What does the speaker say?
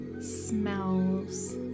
smells